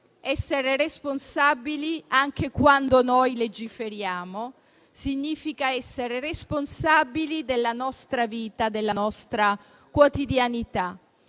essere responsabili anche quando legiferiamo; significa essere responsabili della nostra vita, della nostra quotidianità.